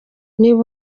niba